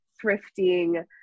thrifting